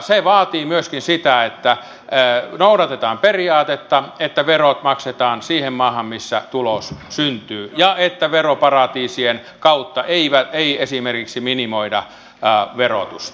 se vaatii myöskin sitä että noudatetaan periaatetta että verot maksetaan siihen maahan missä tulos syntyy ja että esimerkiksi veroparatiisien kautta ei minimoida verotusta